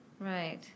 Right